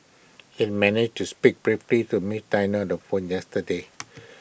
IT managed to speak briefly to miss Diana on the phone yesterday